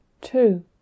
Two